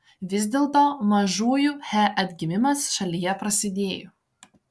vis dėlto mažųjų he atgimimas šalyje prasidėjo